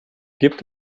gibt